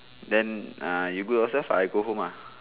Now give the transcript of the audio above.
then uh you go yourself I go home ah